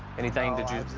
anything that you